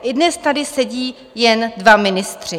I dnes tady sedí jen dva ministři.